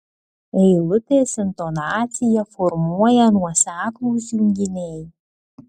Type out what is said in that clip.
eilutės intonaciją formuoja nuoseklūs junginiai